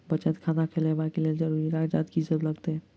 बचत खाता खोलाबै कऽ लेल जरूरी कागजात की सब लगतइ?